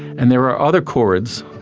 and there are other chords